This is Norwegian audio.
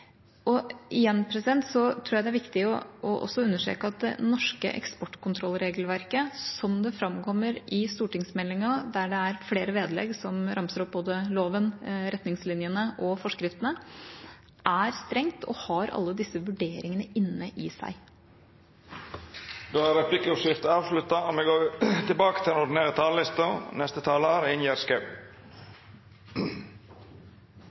og ammunisjon til. Igjen tror jeg det er viktig å understreke at det norske eksportkontrollregelverket, slik det framkommer i stortingsmeldingen, der det er flere vedlegg som ramser opp både loven, retningslinjene og forskriftene, er strengt og har alle disse vurderingene inne i seg. Replikkordskiftet er avslutta. Jeg gikk tilbake til